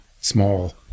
small